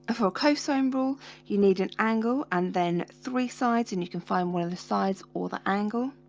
ah for cosine rule you need an angle and then three sides and you can find where the size or the angle